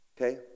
Okay